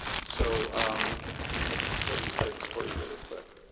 so um let me let me play this for you really quick.